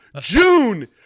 June